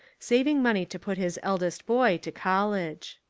saving money to put his eldest boy to college.